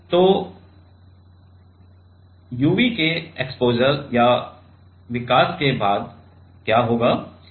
तो 2 U V के exposure और फिर विकास के बाद क्या होगा